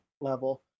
level